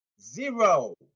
Zero